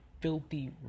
filthy